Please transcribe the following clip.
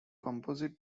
composite